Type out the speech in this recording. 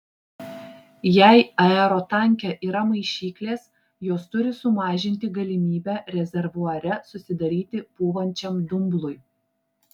jei aerotanke yra maišyklės jos turi sumažinti galimybę rezervuare susidaryti pūvančiam dumblui